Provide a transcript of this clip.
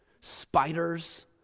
spiders